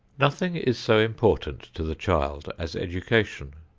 nothing is so important to the child as education.